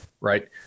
Right